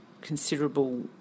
considerable